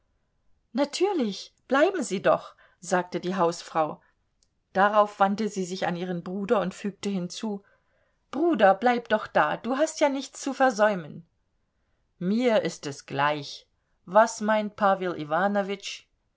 natürlich bleiben sie doch sagte die hausfrau darauf wandte sie sich an ihren bruder und fügte hinzu bruder bleib doch da du hast ja nichts zu versäumen mir ist es gleich was meint